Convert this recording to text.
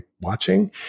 watching